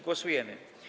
Głosujemy.